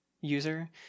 user